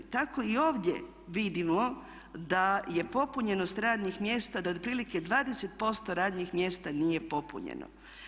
Tako i ovdje vidimo da je popunjenost radnih mjesta, da otprilike 20% radnih mjesta nije popunjeno.